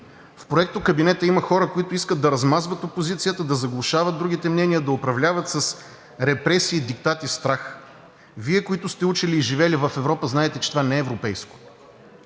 В проектокабинета има хора, които искат да размазват опозицията, да заглушават другите мнения, да управляват с репресии, диктати, страх. Вие, които сте учили и живели в Европа, знаете, че това не е европейско.